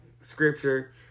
scripture